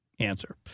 Answer